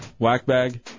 Whackbag